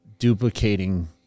duplicating